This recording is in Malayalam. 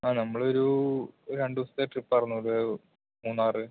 ആ നമ്മളൊരു ഒരു രണ്ടുദിവസത്തെ ട്രിപ്പ് ആയിരുന്നു അത് മൂന്നാർ